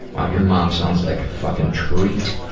ah you're mom sounds like a fucking treat.